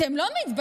אתם לא מתביישים?